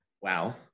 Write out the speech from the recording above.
wow